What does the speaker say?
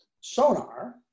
sonar